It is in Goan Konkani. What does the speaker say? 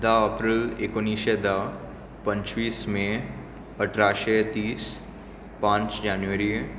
धा अप्रील एकोणिशें धा पंचवीस मे अठराशें तीस पांच जानेवरी